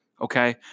okay